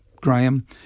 Graham